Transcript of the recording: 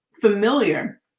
familiar